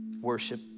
worship